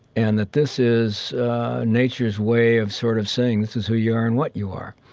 and that this is nature's way of sort of saying this is who you are and what you are.